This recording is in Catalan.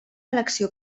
elecció